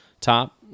top